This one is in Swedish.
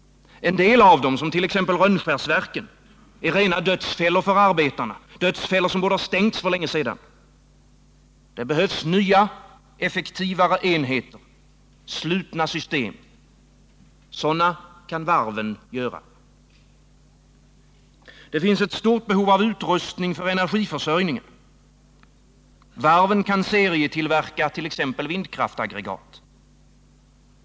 En delav dem,t.ex. Rönnskärsverken , är rena dödsfällor för arbetarna och borde ha stängts för länge sedan. Det behövs nya, effektivare enheter, slutna system. Sådana kan varven göra. Det finns ett stort behov av utrustning för energiförsörjningen. Varven kan serietillverka t.ex. vindaggregat.